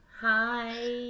hi